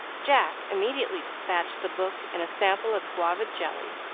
jack immediately despatched the book and a sample of guava jelly,